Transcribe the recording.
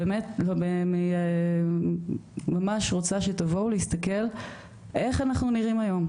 אני באמת ממש רוצה שתבואו להסתכל איך אנחנו נראים היום,